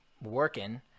working